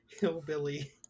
hillbilly